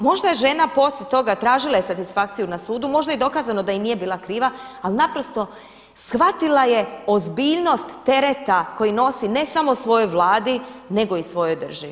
Možda je žena poslije toga tražila i satisfakciju na sudu, možda je i dokazano da i nije bila kriva ali naprosto shvatila je ozbiljnost tereta koji nosi ne samo svojoj Vladi nego i svojoj državi.